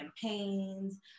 campaigns